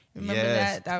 yes